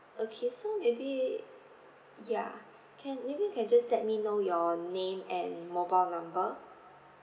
okay so maybe ya can maybe you can just let me know your name and mobile number